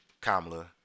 Kamala